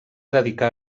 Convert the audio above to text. dedicar